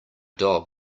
dog